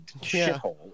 shithole